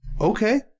okay